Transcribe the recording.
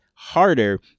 harder